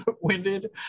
winded